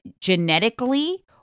genetically